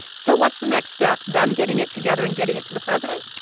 so what's the next step them getting it together and getting it to the president?